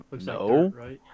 No